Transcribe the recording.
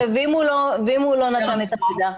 ואם הוא לא נתן את המידע?